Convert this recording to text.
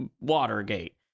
Watergate